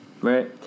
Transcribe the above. right